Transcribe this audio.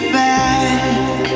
back